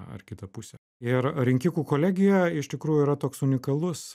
ar kitą pusę ir rinkikų kolegijoje iš tikrųjų yra toks unikalus